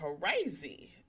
crazy